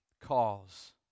calls